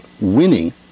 winning